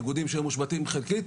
איגודים שהיו מושבתים חלקית,